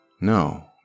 No